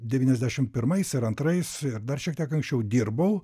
devyniasdešimt pirmais ir antrais ir dar šiek tiek anksčiau dirbau